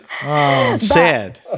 sad